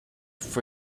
for